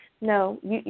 no